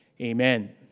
Amen